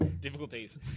Difficulties